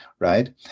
Right